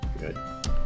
Good